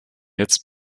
jetzt